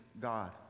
God